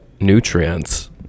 nutrients